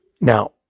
Now